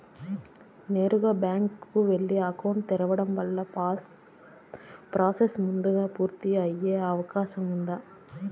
నేరుగా బ్యాంకు కు వెళ్లి అకౌంట్ తెరవడం వల్ల ప్రాసెస్ ముందుగా పూర్తి అయ్యే అవకాశం ఉందా?